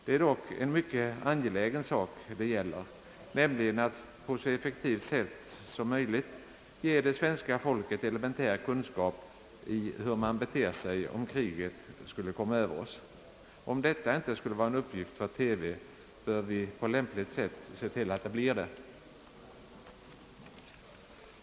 Det är dock en mycket angelägen sak det gäller, nämligen att på så effektivt sätt som möjligt ge svenska folket elementär kunskap i hur man beter sig om kriget skulle komma över oss. Om detta inte skulle vara en uppgift för TV, bör vi på lämpligt sätt se till att det blir det.